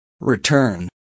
Return